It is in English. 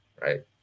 right